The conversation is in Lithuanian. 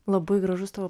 labai gražus tavo